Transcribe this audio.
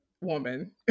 woman